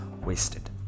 wasted